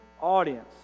audience